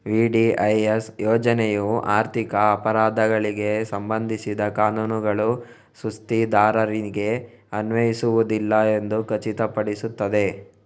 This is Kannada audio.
ವಿ.ಡಿ.ಐ.ಎಸ್ ಯೋಜನೆಯು ಆರ್ಥಿಕ ಅಪರಾಧಗಳಿಗೆ ಸಂಬಂಧಿಸಿದ ಕಾನೂನುಗಳು ಸುಸ್ತಿದಾರರಿಗೆ ಅನ್ವಯಿಸುವುದಿಲ್ಲ ಎಂದು ಖಚಿತಪಡಿಸುತ್ತದೆ